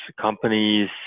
companies